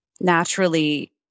naturally